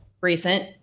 recent